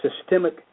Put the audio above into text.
systemic